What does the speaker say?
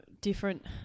different